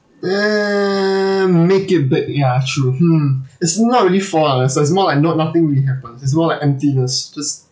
damn make it big ya true hmm it's not really for us it's more like not nothing we have ah is more like emptiness just